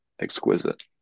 exquisite